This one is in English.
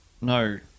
No